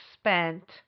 spent